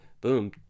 boom